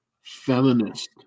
feminist